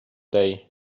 day